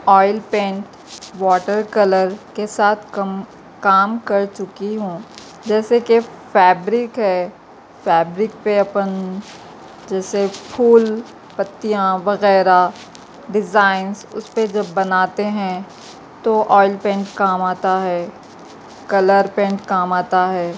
oil paint water colour کے ساتھ کم کام کر چکی ہوں جیسے کہ فیبرک ہے فیبرک پہ اپن جیسے پھول پتیاں وغیرہ ڈیزائنس اس پہ جب بناتے ہیں تو پینٹ پینٹ کام آتا ہے کلر پینٹ کام آتا ہے